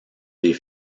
des